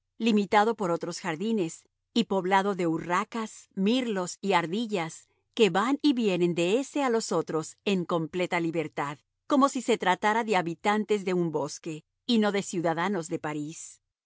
limitado por otros jardines y poblado de urracas mirlos y ardillas que van y vienen de ése a los otros en completa libertad como si se tratara de habitantes de un bosque y no de ciudadanos de parís